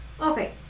Okay